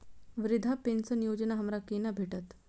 वृद्धा पेंशन योजना हमरा केना भेटत?